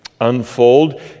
unfold